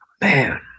man